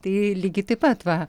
tai lygiai taip pat va